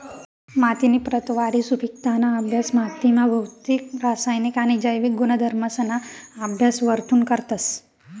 मातीनी प्रतवारी, सुपिकताना अभ्यास मातीना भौतिक, रासायनिक आणि जैविक गुणधर्मसना अभ्यास वरथून करतस